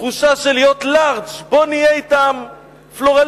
תחושה של להיות לארג': בוא נהיה אתם פלורליסטים,